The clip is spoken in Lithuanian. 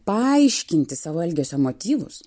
paaiškinti savo elgesio motyvus